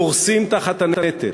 קורסת תחת הנטל